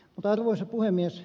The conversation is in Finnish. arvoisa puhemies